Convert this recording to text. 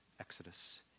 exodus